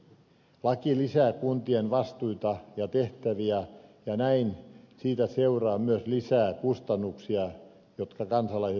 laki lisää kuntien vastuita ja tehtäviä ja näin siitä seuraa myös lisää kustannuksia jotka kansalaiset maksavat